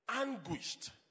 anguished